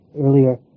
earlier